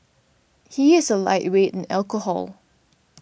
he is a lightweight in alcohol